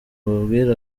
mbabwire